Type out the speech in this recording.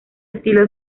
estilo